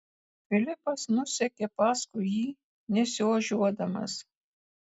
filipas nusekė paskui jį nesiožiuodamas